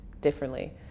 differently